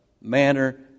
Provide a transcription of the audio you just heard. manner